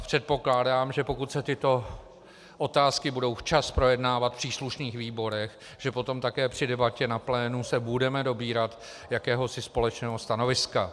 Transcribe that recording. Předpokládám, že pokud se tyto otázky budou včas projednávat v příslušných výborech, že potom také při debatě na plénu se budeme dobírat jakéhosi společného stanoviska.